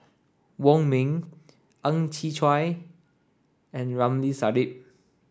Wong Ming Ang Chwee Chai and Ramli Sarip